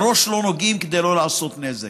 בראש לא נוגעים, כדי לא לעשות נזק.